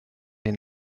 den